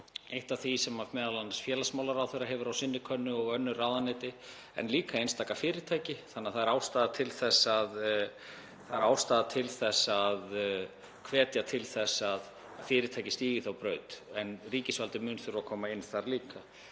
eitt af því sem m.a. félagsmálaráðherra hefur á sinni könnu og önnur ráðuneyti en líka einstaka fyrirtæki, þannig að það er ástæða til þess að hvetja til þess að fyrirtækið feti þá braut. En ríkisvaldið mun þurfa að koma þar inn líka.